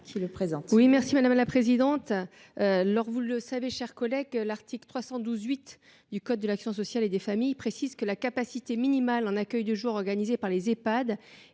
que le présent